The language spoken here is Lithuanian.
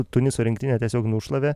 tuniso rinktinę tiesiog nušlavė